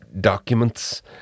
documents